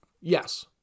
Yes